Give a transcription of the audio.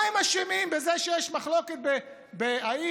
מה הם אשמים בזה שיש מחלוקת אם תהיה